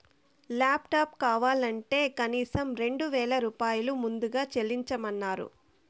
laptop కావాలంటే కనీసం రెండు వేల రూపాయలు ముందుగా చెల్లించమన్నరు